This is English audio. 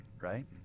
right